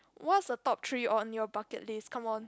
what's the top three on your bucket list come on